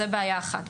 זאת בעיה אחת.